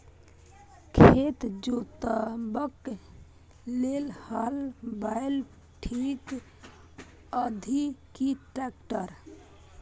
खेत जोतबाक लेल हल बैल ठीक अछि की ट्रैक्टर?